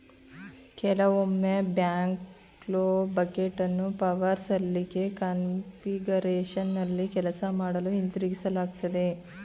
ಕೆಲವೊಮ್ಮೆ ಬ್ಯಾಕ್ಹೋ ಬಕೆಟನ್ನು ಪವರ್ ಸಲಿಕೆ ಕಾನ್ಫಿಗರೇಶನ್ನಲ್ಲಿ ಕೆಲಸ ಮಾಡಲು ಹಿಂತಿರುಗಿಸಲಾಗ್ತದೆ